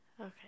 Okay